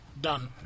done